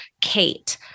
Kate